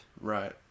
Right